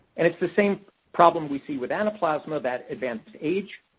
and it's the same problem we see with anaplasma, that advanced age,